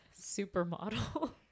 supermodel